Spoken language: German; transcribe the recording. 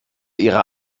ihrer